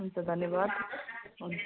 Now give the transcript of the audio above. हुन्छ धन्यवाद हुन्छ